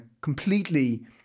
completely